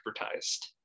advertised